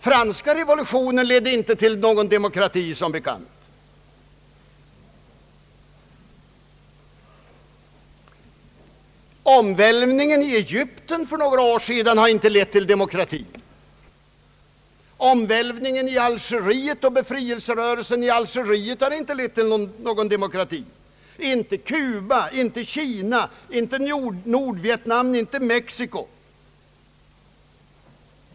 Franska revolu tionen ledde som bekant inte till någon demokrati. Omvälvningen i Egypten för några år sedan har inte lett till demokrati. Omvälvningen och befrielserörelsen i Algeriet har inte lett till demokrati. Detsamma gäller Kuba, Kina, Nordvietnam och Mexiko.